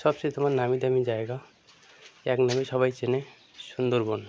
সবচেয়ে তোমার নামি দামি জায়গা এক নামেই সবাই চেনে সুন্দরবন